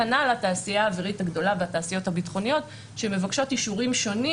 כנ"ל התעשייה האווירית הגדולה והתעשיות הביטחוניות שמבקשות אישורים שונים